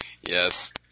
Yes